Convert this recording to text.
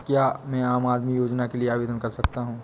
क्या मैं आम आदमी योजना के लिए आवेदन कर सकता हूँ?